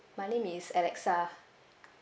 my name is alexa